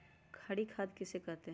हरी खाद किसे कहते हैं?